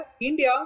India